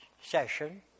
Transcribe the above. session